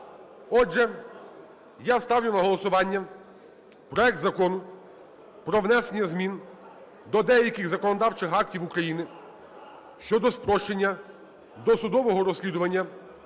Отже, я ставлю на голосування проект Закону про внесення змін до деяких законодавчих актів України щодо спрощення досудового розслідування